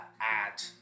add